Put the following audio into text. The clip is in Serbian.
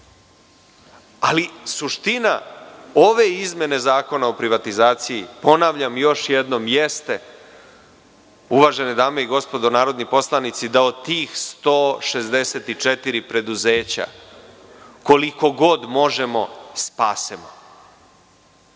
stojimo. Suština ove izmene Zakona o privatizaciji, ponavljam još jednom, jeste, uvažene dame i gospodo narodni poslanici, da od tih 164 preduzeća koliko god možemo spasemo,